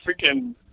freaking